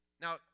Now